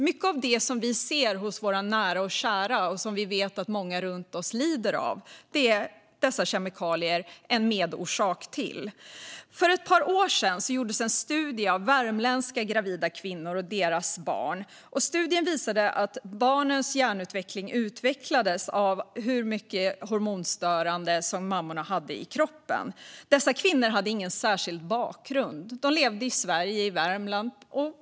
Mycket av det som vi ser hos våra nära och kära och som vi vet att människor runt oss lider av är dessa kemikalier en medorsak till. För ett par år sedan gjordes en studie av värmländska gravida kvinnor och deras barn. Studien visade att barnens hjärnutveckling påverkades av hur mycket hormonstörande ämnen mammorna hade i kroppen. Dessa kvinnor hade ingen särskild bakgrund. De levde i Sverige, i Värmland.